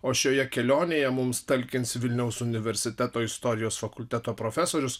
o šioje kelionėje mums talkins vilniaus universiteto istorijos fakulteto profesorius